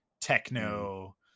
techno